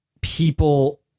people